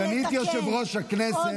את סגנית יושב-ראש הכנסת.